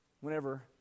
whenever